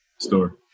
Store